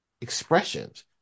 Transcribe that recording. expressions